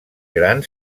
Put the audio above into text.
gran